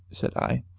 said i,